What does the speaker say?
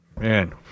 Man